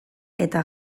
eta